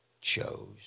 chose